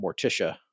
Morticia